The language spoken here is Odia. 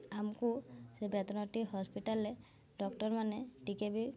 ଆମକୁ ସେ ବେତନଟୀ ହସ୍ପିଟାଲ୍ରେ ଡକ୍ଟର୍ମାନେ ଟିକେ ବି